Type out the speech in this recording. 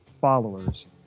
followers